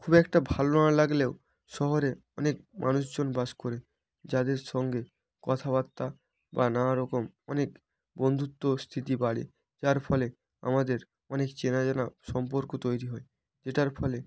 খুব একটা ভালো না লাগলেও শহরে অনেক মানুষজন বাস করে যাদের সঙ্গে কথাবার্তা বা নানা রকম অনেক বন্ধুত্ব স্থিতি বাড়ে যার ফলে আমাদের অনেক চেনা জানা সম্পর্ক তৈরি হয় যেটার ফলে